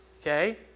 okay